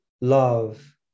love